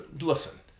Listen